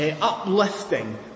uplifting